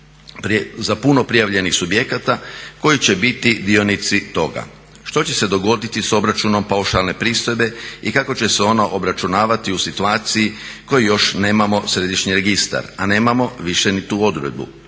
za puno prijavljenih subjekata koji će biti dionici toga. Što će se dogoditi sa obračunom paušalne pristojbe i kako će se ona obračunavati u situaciji u kojoj joj nemamo središnji registar a nemamo više ni tu odredbu